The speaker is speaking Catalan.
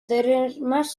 termes